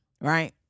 right